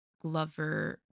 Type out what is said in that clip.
glover